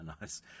nice